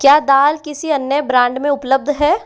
क्या दाल किसी अन्य ब्रांड में उपलब्ध है